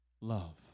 Love